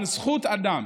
זכות אדם